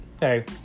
Hey